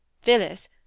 Phyllis